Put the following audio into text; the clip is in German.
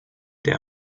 der